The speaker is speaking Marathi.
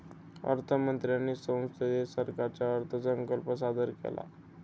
अर्थ मंत्र्यांनी संसदेत सरकारचा अर्थसंकल्प सादर केला